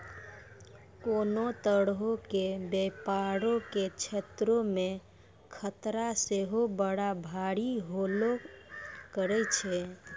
कोनो तरहो के व्यपारो के क्षेत्रो मे खतरा सेहो बड़ा भारी होलो करै छै